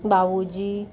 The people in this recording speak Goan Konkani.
बावुजी